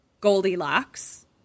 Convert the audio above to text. Goldilocks